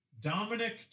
Dominic